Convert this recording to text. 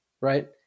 Right